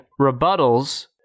rebuttals